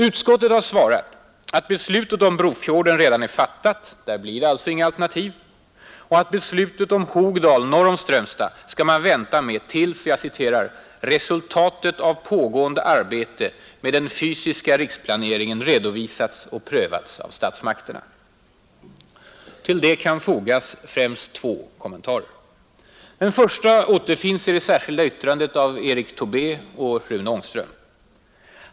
Utskottet har svarat att beslutet om Brofjorden redan är fattat — där blir det alltså inga alternativ — och att man skall vänta med beslutet om Hogdal norr om Strömstad tills ”resultatet av pågående arbete med den fysiska riksplaneringen redovisats och prövats av statsmakterna”. Till det kan fogas främst två kommentarer. Den första återfinns i det särskilda yttrandet av Erik Tobé och Rune Ångström.